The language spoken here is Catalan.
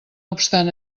obstant